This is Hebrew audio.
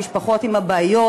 המשפחות עם הבעיות,